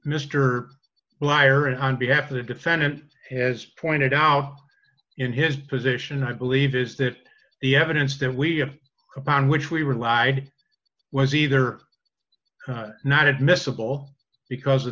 mr liar and on behalf of the defendant has pointed out in his position i believe is that the evidence that we have about which we relied was either not admissible because